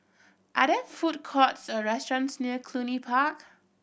are there food courts or restaurants near Cluny Park